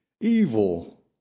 Evil